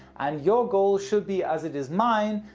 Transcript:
and your goal should be, as it is mine,